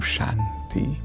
Shanti